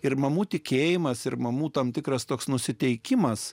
ir mamų tikėjimas ir mamų tam tikras toks nusiteikimas